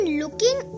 looking